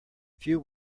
few